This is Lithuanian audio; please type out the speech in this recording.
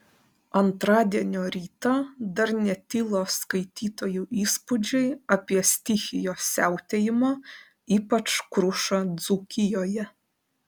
antradienio rytą dar netilo skaitytojų įspūdžiai apie stichijos siautėjimą ypač krušą dzūkijoje